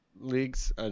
leagues